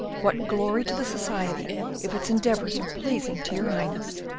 what glory to the society if its endeavours are pleasing to your highness!